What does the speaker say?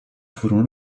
furono